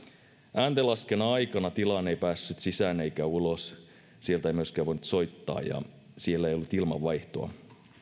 ääntenlaskennan aikana tilaan ei päässyt sisään eikä ulos sieltä ei myöskään voinut soittaa ja siellä ei ollut ilmanvaihtoa